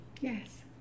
Yes